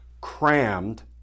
crammed